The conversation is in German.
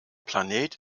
planet